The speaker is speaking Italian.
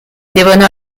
devono